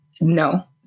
no